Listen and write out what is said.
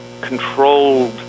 controlled